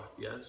Yes